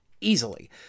easily